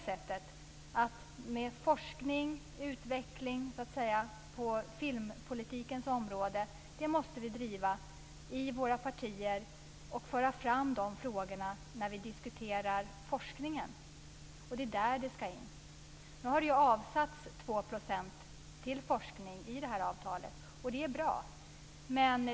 Vi måste driva och föra fram frågorna om forskning och utveckling på filmpolitikens område i våra partier när vi diskuterar forskningen. Det är där det ska in. Nu har det avsatts 2 % av summan till forskning i avtalet. Det är bra.